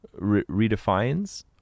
redefines